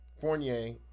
Fournier